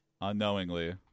unknowingly